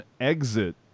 exit